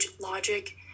logic